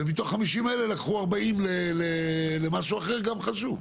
ומתוך ה-50 האלה לקחו 40 למשהו אחר שגם הוא חשוב.